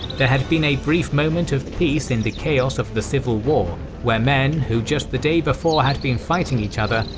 there had been a brief moment of peace in the chaos of the civil war where men, who just the day before had been fighting each other,